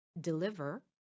deliver